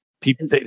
people